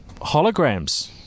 Holograms